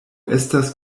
estas